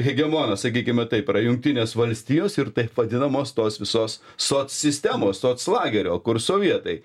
hegemonas sakykime taip yra jungtinės valstijos ir taip vadinamos tos visos soc sistemos soc lagerio kur sovietai